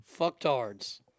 Fucktards